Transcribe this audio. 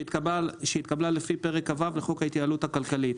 שהתקבלה לפי פרק כ"ו לחוק ההתייעלות הכלכלית,